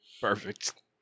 Perfect